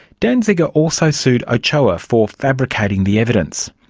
danziger also sued ochoa for fabricating the evidence,